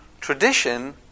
tradition